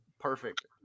perfect